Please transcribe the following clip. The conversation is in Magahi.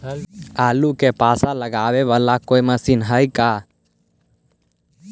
आलू मे पासा लगाबे बाला कोइ मशीन है का?